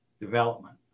development